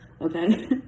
okay